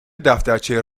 دفترچه